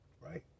Right